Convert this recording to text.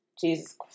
Jesus